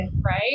right